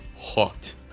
Hooked